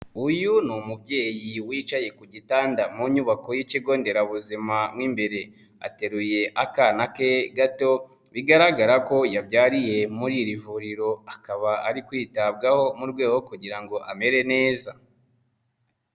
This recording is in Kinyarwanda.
Uyu ni umubyeyi wicaye ku gitanda mu nyubako y'ikigo nderabuzima, mo imbere ateruye akana ke gato bigaragara ko yabyariye muri iri vuriro kaba ari kwitabwaho mu rwego rwo kugira ngo amere neza.